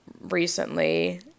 recently